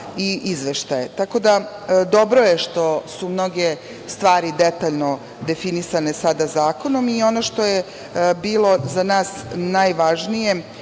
i izveštaje. Tako da je dobro što su mnoge stvari detaljno definisane sada zakonom i ono šgo je bilo za nas najvažnije,